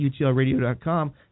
utlradio.com